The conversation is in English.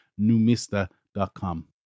numista.com